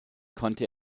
konnte